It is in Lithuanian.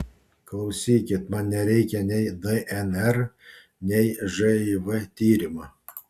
klausykit man nereikia nei dnr nei živ tyrimo